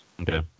Okay